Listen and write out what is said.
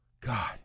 God